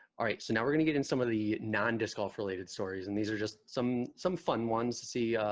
all right so now we're gonna get in some of the non disk off related stories and these are just some some fun ones to see